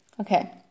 okay